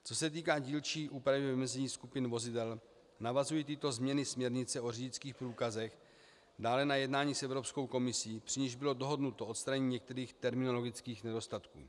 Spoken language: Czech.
Co se týká dílčí úpravy ve vymezení skupin vozidel, navazují tyto změny směrnice o řidičských průkazech dále na jednání s Evropskou komisí, při níž bylo dohodnuto odstranění některých terminologických nedostatků.